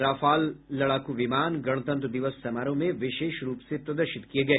Rafale लड़ाकू विमान गणतंत्र दिवस समारोह में विशेष रूप से प्रदर्शित किए गए